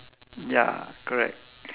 ya correct